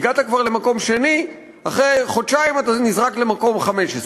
הגעת כבר למקום השני ואחרי חודשיים אתה נזרק למקום ה-15.